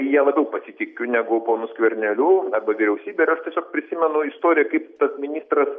ja labiau pasitikiu negu ponu skverneliu arba vyriausybe ir aš tiesiog prisimenu istoriją kaip tas ministras